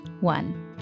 One